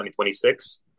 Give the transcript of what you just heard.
2026